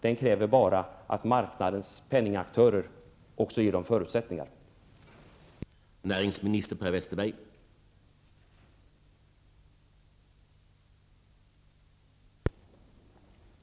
Det krävs bara att marknadens penningaktörer också ger dem förutsättningar för detta.